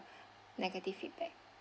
negative feedback